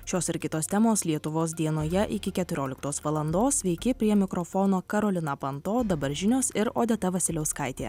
šios ir kitos temos lietuvos dienoje iki keturioliktos valandos sveiki prie mikrofono karolina panto dabar žinios ir odeta vasiliauskaitė